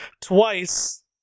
twice